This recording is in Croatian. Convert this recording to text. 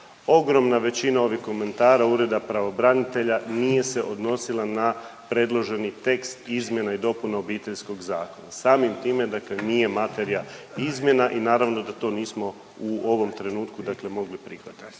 Ogromna većina ovih komentara ureda pravobranitelja nije se odnosila na predloženi tekst izmjena i dopuna Obiteljskog zakona. Samim time, dakle nije materija izmjena i naravno da to nismo u ovom trenutku dakle mogli prihvatiti.